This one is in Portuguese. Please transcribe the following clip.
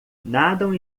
nadam